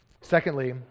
secondly